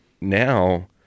now